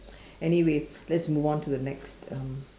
anyway let's move on to the next um